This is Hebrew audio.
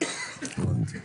הבנתי.